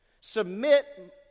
Submit